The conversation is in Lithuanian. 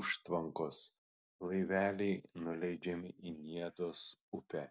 užtvankos laiveliai nuleidžiami į niedos upę